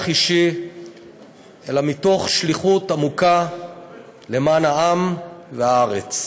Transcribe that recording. אישי אלא מתוך שליחות עמוקה למען העם והארץ.